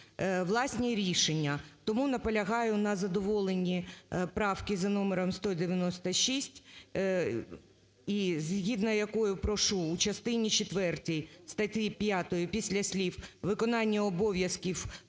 власні рішення. Тому наполягаю на задоволенні правки за номером 196, згідно якої прошу у частині 4 статті 5 після слів "виконання обов'язків